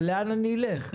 לאן אני אלך?